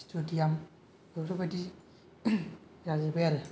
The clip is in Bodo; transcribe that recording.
स्टेदियाम बेफोरबायदि जाजोब्बाय आरो